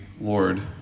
Lord